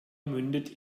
mündet